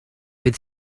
bydd